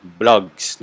blogs